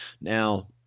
Now